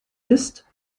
ist